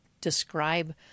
describe